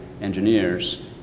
engineers